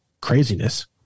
craziness